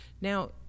Now